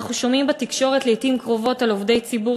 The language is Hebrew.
אנחנו שומעים בתקשורת לעתים קרובות על עובדי ציבור